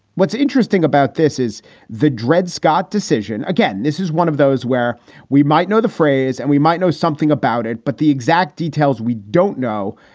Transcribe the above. what's interesting about this is the dred scott decision. again, this is one of those where we might know the phrase and we might know something about it. but the exact details we don't know.